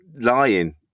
lying